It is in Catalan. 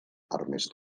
ernest